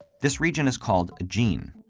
this region is called a gene.